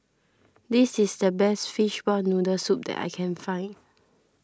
this is the best Fishball Noodle Soup that I can find